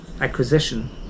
acquisition